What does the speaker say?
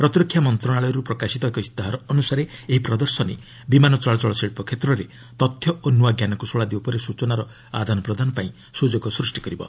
ପ୍ରତିରକ୍ଷା ମନ୍ତ୍ରଣାଳୟରୁ ପ୍ରକାଶିତ ଏକ ଇସ୍ତାହାର ଅନୁସାରେ ଏହି ପ୍ରଦର୍ଶନୀ ବିମାନ ଚଳାଚଳ ଶିଳ୍ପ କ୍ଷେତ୍ରରେ ତଥ୍ୟ ଓ ନ୍ତଆ ଜ୍ଞାନକୌଶଳ ଆଦି ଉପରେ ସ୍ଚଚନାର ଆଦାନ ପ୍ରଦାନପାଇଁ ସୁଯୋଗ ସୃଷ୍ଟି କରିବ